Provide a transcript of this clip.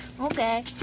Okay